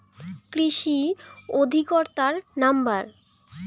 কৃষি অধিকর্তার নাম্বার?